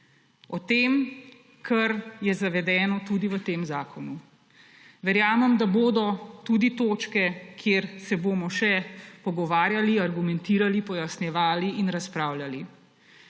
o tem, kar je zavedeno tudi v tem zakonu. Verjamem, da bodo tudi točke, kjer se bomo še pogovarjali, argumentirali, pojasnjevali in razpravljali.